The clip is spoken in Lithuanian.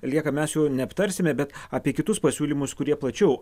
lieka mes jų neaptarsime bet apie kitus pasiūlymus kurie plačiau